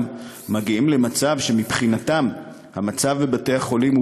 מגיעים למצב שמבחינתם המצב בבתי-החולים,